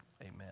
amen